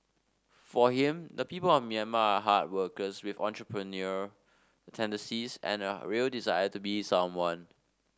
for him the people of Myanmar are hard workers with entrepreneurial tendencies and a real desire to be someone